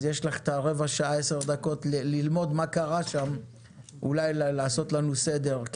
אז יש לך רבע שעה ללמוד מה קרה שם ולנסות לעשות לנו סדר.